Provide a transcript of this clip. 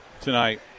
tonight